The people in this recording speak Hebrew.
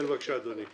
כן, בבקשה, אדוני.